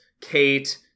Kate